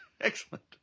Excellent